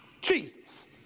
Jesus